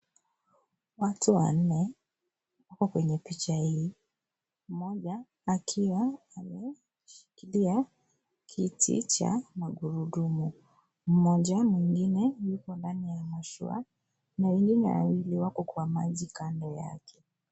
Watu wanne, wako kwenye picha hii. Mmoja akiwa ameshikilia kiti cha magurudumu. Mmoja mwingine yuko ndani ya mashua na wengine wawili wako kwa maji kando yake.